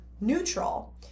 neutral